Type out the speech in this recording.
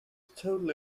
totally